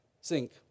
sink